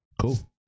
cool